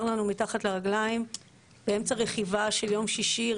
לנו מתחת לרגליים באמצע רכיבה של יום שישי,